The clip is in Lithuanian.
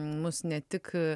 mus ne tik